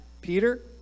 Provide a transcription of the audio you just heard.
Peter